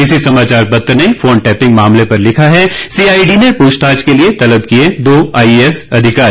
इसी समाचार पत्र ने फोन टैपिंग मामले पर लिखा है सीआईडी ने पूछताछ के लिए तलब किए दो आईएएस अधिकारी